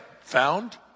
found